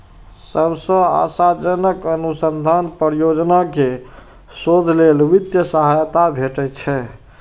सबसं आशाजनक अनुसंधान परियोजना कें शोध लेल वित्तीय सहायता भेटै छै